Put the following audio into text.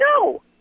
No